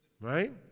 right